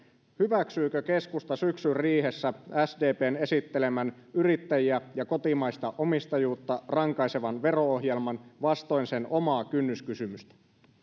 hyväksyykö keskusta syksyn riihessä sdpn esittelemän yrittäjiä ja kotimaista omistajuutta rankaisevan vero ohjelman vastoin sen omaa kynnyskysymystä